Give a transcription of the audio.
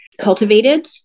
cultivated